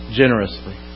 generously